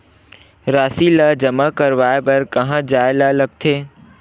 राशि ला जमा करवाय बर कहां जाए ला लगथे